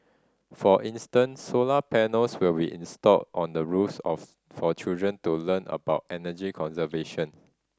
for instance solar panels will be installed on the roofs of for children to learn about energy conservation